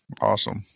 Awesome